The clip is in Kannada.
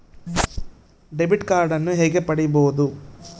ಡೆಬಿಟ್ ಕಾರ್ಡನ್ನು ಹೇಗೆ ಪಡಿಬೋದು?